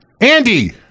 Andy